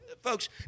Folks